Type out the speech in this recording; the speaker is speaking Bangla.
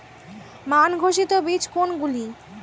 মান ঘোষিত বীজ কোনগুলি?